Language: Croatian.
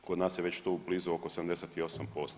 Kod nas je već tu blizu, oko 78%